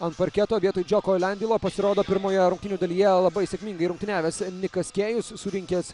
ant parketo vietoj džioko lendeilo pasirodo pirmoje rungtynių dalyje labai sėkmingai rungtyniavęs nikas kėjus surinkęs